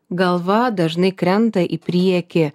galva dažnai krenta į priekį